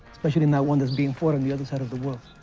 especially not one that's being fought on the the side of the world.